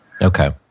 Okay